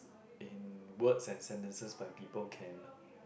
in words and sentences by people can